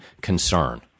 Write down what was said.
concern